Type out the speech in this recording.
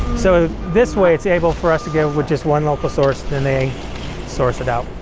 so this way, it's able for us to get over just one local source, then they source it out.